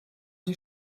die